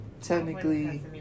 Technically